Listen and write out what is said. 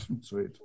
sweet